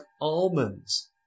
almonds